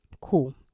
Cool